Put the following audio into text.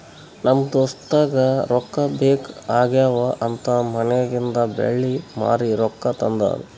ನಮ್ ದೋಸ್ತಗ ರೊಕ್ಕಾ ಬೇಕ್ ಆಗ್ಯಾವ್ ಅಂತ್ ಮನ್ಯಾಗಿಂದ್ ಬೆಳ್ಳಿ ಮಾರಿ ರೊಕ್ಕಾ ತಂದಾನ್